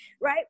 Right